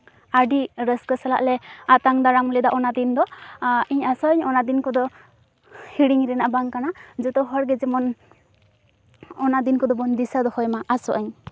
ᱟᱹᱰᱤ ᱨᱟᱹᱥᱠᱟᱹ ᱥᱟᱞᱟᱜ ᱞᱮ ᱟᱛᱟᱝ ᱫᱟᱨᱟᱢ ᱞᱮᱫᱟ ᱚᱱᱟ ᱫᱤᱱ ᱫᱚ ᱤᱧ ᱟᱥᱟᱜ ᱟᱹᱧ ᱚᱱᱟ ᱫᱤᱱ ᱠᱚᱫᱚ ᱦᱤᱲᱤᱧ ᱨᱮᱱᱟᱜ ᱵᱟᱝ ᱠᱟᱱᱟ ᱡᱚᱛᱚ ᱦᱚᱲᱜᱮ ᱡᱮᱢᱚᱱ ᱚᱱᱟ ᱫᱤᱱ ᱠᱚᱫᱚ ᱵᱚᱱ ᱫᱤᱥᱟᱹ ᱫᱚᱦᱚᱭ ᱢᱟ ᱟᱥᱚᱜ ᱟᱹᱧ